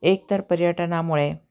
एकतर पर्यटनामुळे